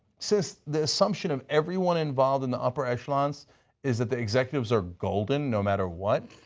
since the assumption of everyone involved in the upper echelon so is that the executives are golden no matter what,